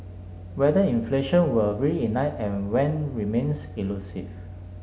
whether inflation will reignite and when remains elusive